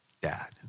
dad